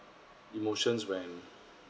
emotions when